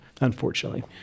unfortunately